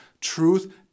Truth